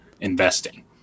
investing